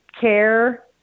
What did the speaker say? care